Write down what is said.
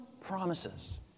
promises